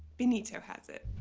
benito has it.